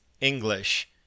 English